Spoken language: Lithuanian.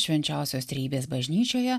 švenčiausios trejybės bažnyčioje